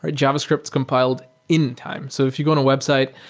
ah javascript is compiled in time. so if you go on a website,